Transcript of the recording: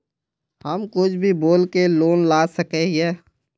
हम कुछ भी बोल के लोन ला सके हिये?